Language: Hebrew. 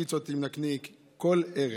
פיצות עם נקניק, כל ערב.